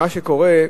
מה שקורה,